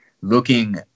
looking